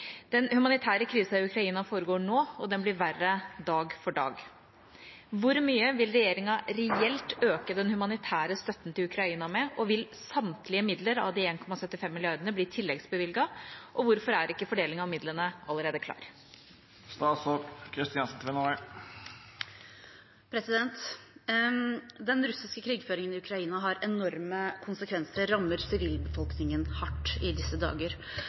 Den humanitære krisen i Ukraina foregår nå og blir verre for hver dag. Hvor mye vil regjeringen reelt øke den humanitære støtten til Ukraina med, vil samtlige midler bli tilleggsbevilget, og hvorfor er ikke fordelingen av midlene allerede klar?» Den russiske krigføringen i Ukraina har enorme konsekvenser og rammer sivilbefolkningen hardt i disse dager.